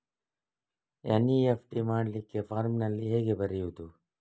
NEFT ಮಾಡ್ಲಿಕ್ಕೆ ಫಾರ್ಮಿನಲ್ಲಿ ಹೇಗೆ ಬರೆಯುವುದು?